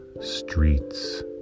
streets